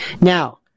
Now